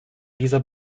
dieser